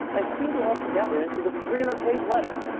i stewed it all together into this three hundred page letter.